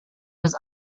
was